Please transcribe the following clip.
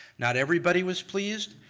not everybody was pleased.